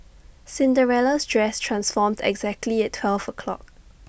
Cinderella's dress transformed exactly at twelve o'clock